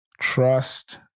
Trust